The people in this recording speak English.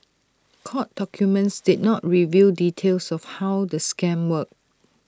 court documents did not reveal details of how the scam worked